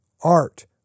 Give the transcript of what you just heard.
art